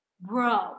bro